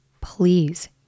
Please